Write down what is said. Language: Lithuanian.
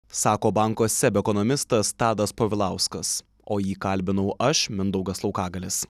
sako banko seb ekonomistas tadas povilauskas o jį kalbinau aš mindaugas laukagalis